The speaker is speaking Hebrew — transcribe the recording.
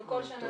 אנחנו כל שנה